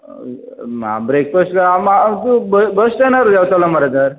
मा ब्रेकफास ज अ म तूं ब बस स्टॅणार देंवतलो मरे तर